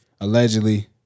allegedly